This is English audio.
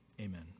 Amen